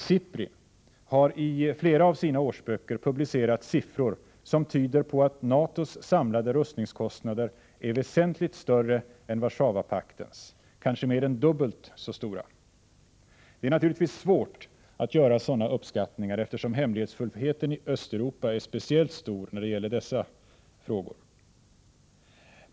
SIPRI har i flera av sina årsböcker publicerat siffror som tyder på att NATO:s samlade rustningskostnader är väsentligt större än Warszawapaktens — kanske mer än dubbelt så stora. Det är naturligtvis svårt att göra sådana uppskattningar, eftersom hemlighetsfullheten i Östeuropa är speciellt stor när det gäller dessa frågor.